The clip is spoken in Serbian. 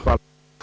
Hvala.